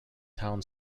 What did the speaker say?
town